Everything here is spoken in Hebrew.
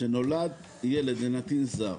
כשנולד ילד לנתין זר,